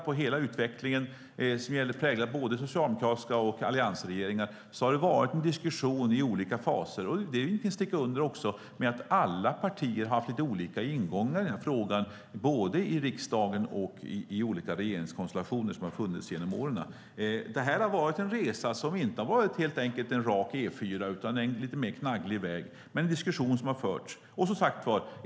Både i socialdemokratiska regeringar och i alliansregeringar har det varit en diskussion i olika faser. Vi vill heller inte sticka under stol med att alla partier har haft lite olika ingångar i den här frågan både i riksdagen och i olika regeringskonstellationer genom åren. Detta har varit en resa som inte har varit någon rak E4 utan en mer knagglig väg med en diskussion som har förts.